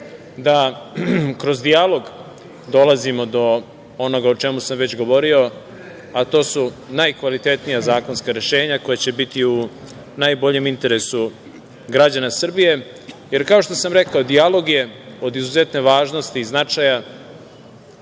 da kroz dijalog dolazimo do onoga o čemu sam već govorio, a to su najkvalitetnija zakonska rešenja koja će biti u najboljem interesu građana Srbije. Jer, kao što sam rekao, dijalog je od izuzetne važnosti i značaja,